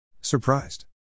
Surprised